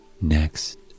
next